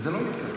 וזה לא התקדם.